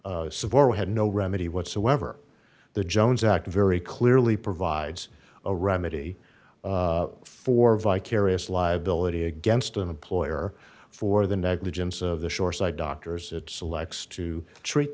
severe we had no remedy whatsoever the jones act very clearly provides a remedy for vicarious liability against an employer for the negligence of the shoreside doctors it selects to treat